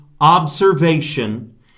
observation